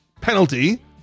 penalty